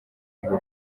ngo